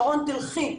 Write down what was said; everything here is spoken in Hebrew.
שרון תלכי,